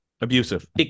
abusive